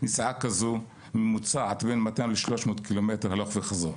נסיעה כזו ממוצעת בין 200-300 ק"מ הלוך וחזור.